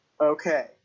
Okay